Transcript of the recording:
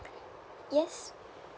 yes